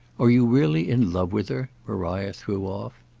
are you really in love with her? maria threw off.